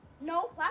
No